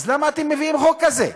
אז למה אתם מביאים חוק כזה?